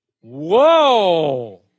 Whoa